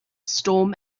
storm